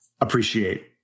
appreciate